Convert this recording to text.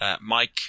Mike